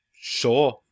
Sure